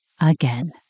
again